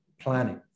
planning